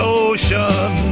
ocean